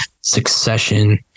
Succession